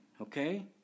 Okay